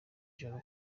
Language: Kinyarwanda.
joro